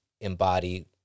embody